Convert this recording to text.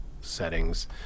settings